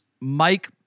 Mike